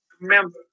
Remember